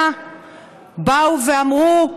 ראש הממשלה, באו ואמרו: